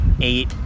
eight